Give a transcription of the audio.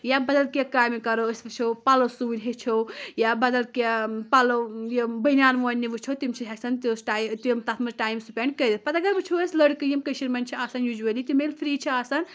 یا یا بَدل کینٛہہ کامہِ کَرو أسۍ وٕچھو پَلو سوٗنۍ ہیٚچھو یا بَدل کینٛہہ پَلو یِم بٔنیان ووٚنہِ وٕچھو تِم چھِ ہیٚکان تٔمِس ٹایم تِم تَتھ منٛز ٹایم سپؠنٛڈ کٔرِتھ پَتہٕ اگر وٕچھو أسۍ لٔڑکہٕ یِم کٔشیٖرِ منٛز چھِ آسان یوٗجؤلی تِم ییٚلہِ فرٛی چھِ آسان